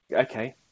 okay